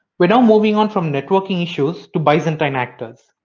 we're now moving on from networking issues to byzantine actors.